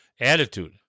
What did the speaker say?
attitude